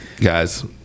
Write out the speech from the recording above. Guys